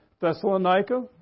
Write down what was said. Thessalonica